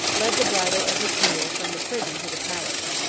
led the bridle of his mule from the prison to the palace.